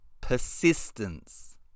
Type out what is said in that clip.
persistence